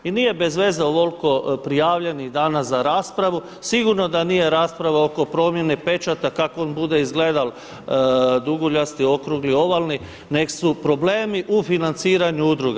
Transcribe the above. I nije bez veze ovoliko prijavljenih danas za raspravu, sigurno da nije rasprava oko promjene pečata kako on bude izgledao, duguljasti, okrugli, ovalni nego su problemi u financiranju udruga.